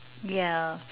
yeah